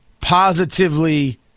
positively